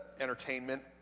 entertainment